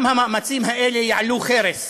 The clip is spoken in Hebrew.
גם המאמצים האלה יעלו חרס